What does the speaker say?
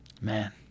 man